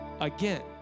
again